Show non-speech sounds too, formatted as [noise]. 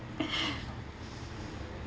[laughs]